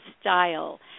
style